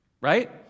Right